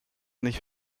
nicht